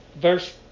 Verse